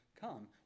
come